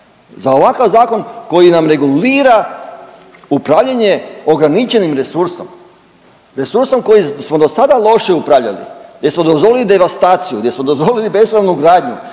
Za ovakav zakon koji nam regulira upravljanje ograničenim resursom, resursom koji smo do sada loše upravljali jer smo dozvolili devastaciju, gdje smo dozvolili bespravnu gradnju,